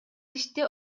иште